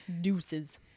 Deuces